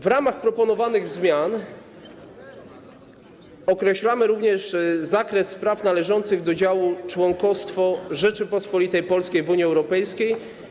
W ramach proponowanych zmian określamy również zakres spraw należących do działu członkostwo Rzeczypospolitej Polskiej w Unii Europejskiej.